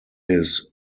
his